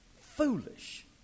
foolish